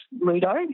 Ludo